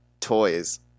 toys